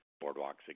Boardwalk's